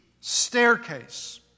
staircase